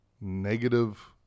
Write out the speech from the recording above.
negative